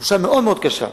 תחושה מאוד מאוד קשה.